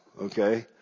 Okay